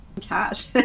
cash